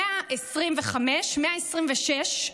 125, 126,